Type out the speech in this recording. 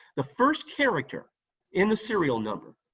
the first character in the serial number,